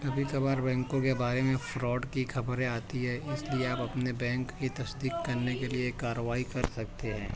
کبھی کبھار بینکوں کے بارے میں فراڈ کی خبریں آتی ہے اس لیے آپ اپنے بینک کی تصیق کرنے کے لیے کارروائی کر سکتے ہیں